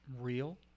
real